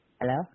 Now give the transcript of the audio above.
Hello